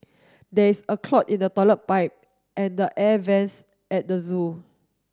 there is a clog in the toilet pipe and the air vents at the zoo